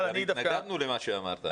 אבל אני -- גם התנגדנו למה שאמרת.